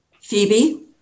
Phoebe